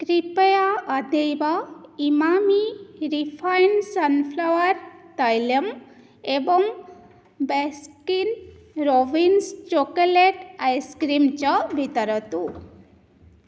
कृपया अद्यैव Emami refined sunflower तैलम् एवं Baskin Robbins chocolate ice cream च वितरतु